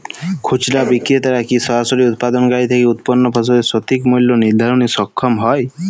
খুচরা বিক্রেতারা কী সরাসরি উৎপাদনকারী থেকে উৎপন্ন ফসলের সঠিক মূল্য নির্ধারণে সক্ষম হয়?